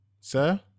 Sir